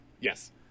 yes